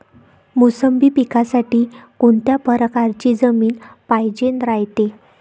मोसंबी पिकासाठी कोनत्या परकारची जमीन पायजेन रायते?